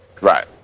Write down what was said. Right